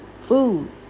Food